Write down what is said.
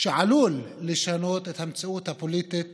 שעלול לשנות את המציאות הפוליטית